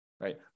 right